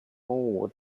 what